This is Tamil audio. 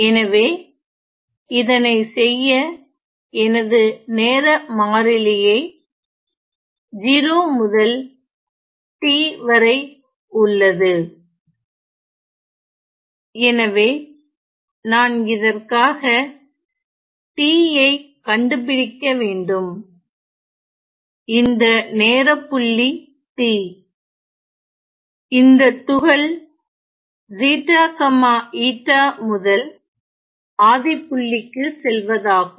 எனவே இதனை செய்ய எனது நேர மாறிலியை 0 முதல் T வரை உள்ளது எனவே நான் இதற்காக T ஐ கண்டுபிடிக்க வேண்டும் இந்த நேரப்புள்ளி T இந்த துகள் முதல் ஆதிபுள்ளிக்கு செல்வதாகும்